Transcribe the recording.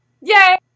yay